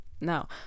no